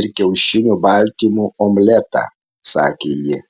ir kiaušinių baltymų omletą sakė ji